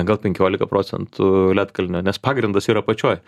gal penkiolika procentų ledkalnio nes pagrindas yra apačioj